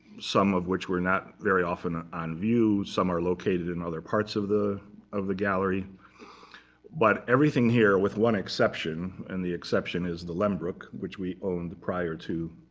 some of which were not very often on view. some are located in other parts of the of the gallery but everything here with one exception. and the exception is the lehmbruck, which we owned prior to